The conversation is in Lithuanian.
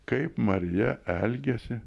kaip marija elgėsi